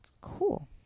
cool